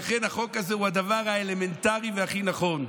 לכן החוק הזה הוא הדבר האלמנטרי והכי נכון.